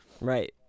Right